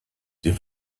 sie